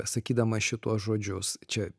sakydama šituos žodžius čia